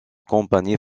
compagnie